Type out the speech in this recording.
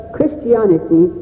Christianity